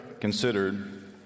considered